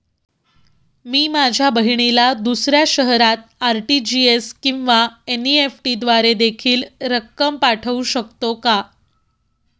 मी माझ्या बहिणीला दुसऱ्या शहरात आर.टी.जी.एस किंवा एन.इ.एफ.टी द्वारे देखील रक्कम पाठवू शकतो का?